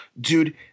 Dude